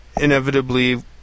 inevitably